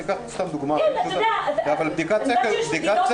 אני יודעת שיש בדיקות,